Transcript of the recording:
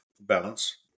balance